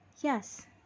Yes